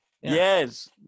yes